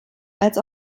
als